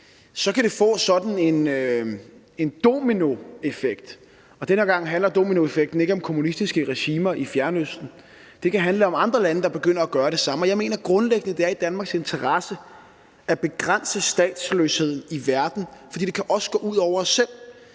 så kan det få sådan en dominoeffekt. Og den her gang handler dominoeffekten ikke om kommunistiske regimer i Fjernøsten; det kan handle om andre lande, der begynder at gøre det samme. Jeg mener, at det grundlæggende er i Danmarks interesse at begrænse statsløshed i verden, for det kan også gå ud over os selv.